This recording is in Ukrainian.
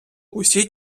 усі